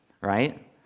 right